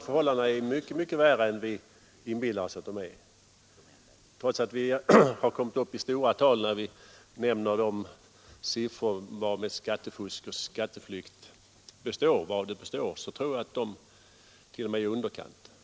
Förhållandena är nog mycket värre än vad vi inbillar oss. Trots att det är stora summor vi nämner när vi talar om skattefusk och skatteflykt tror jag att dessa siffror är i underkant.